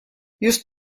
just